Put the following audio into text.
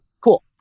Cool